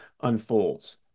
unfolds